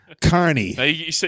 Carney